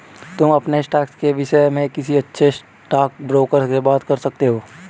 तुम अपने स्टॉक्स के विष्य में किसी अच्छे स्टॉकब्रोकर से बात कर सकते हो